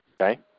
Okay